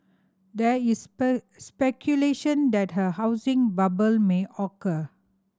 there is speculation that a housing bubble may occur